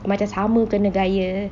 macam kena gaya